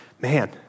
man